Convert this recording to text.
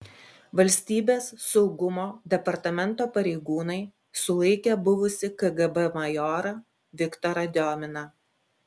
valstybės saugumo departamento pareigūnai sulaikė buvusį kgb majorą viktorą diominą